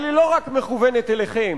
אבל היא לא רק מכוונת אליכם,